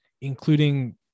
including